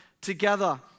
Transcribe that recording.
together